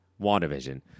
WandaVision